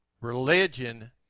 Religion